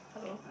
hello